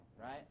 right